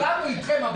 כולנו אתכם,